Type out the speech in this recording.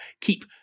keep